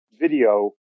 video